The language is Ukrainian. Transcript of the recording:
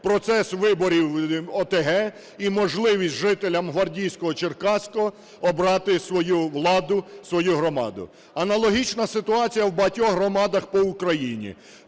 процес виборів ОТГ і можливість жителям Гвардійського, Черкаського обрати свою владу, свою громаду. Аналогічна ситуація в багатьох громадах по Україні.